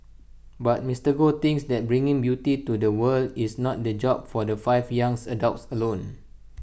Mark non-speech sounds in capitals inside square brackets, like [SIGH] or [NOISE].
but Mister Goh thinks that bringing beauty to the world is not the job of the five young [UNINTELLIGIBLE] adults alone